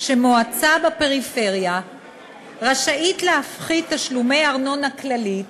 שמועצה בפריפריה רשאית להפחית תשלומי ארנונה כללית